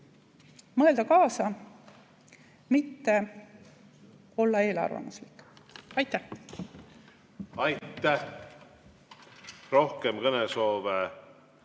mõelda kaasa, mitte olla eelarvamuslik. Aitäh! Aitäh! Rohkem kõnesoove